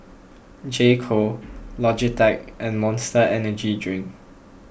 J Co Logitech and Monster Energy Drink